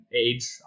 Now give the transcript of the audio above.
age